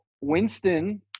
Winston